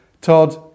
Todd